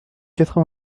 quatre